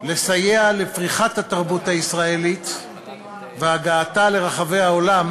לסייע לפריחת התרבות הישראלית והגעתה לרחבי העולם,